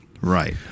Right